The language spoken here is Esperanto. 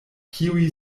kiuj